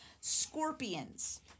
Scorpions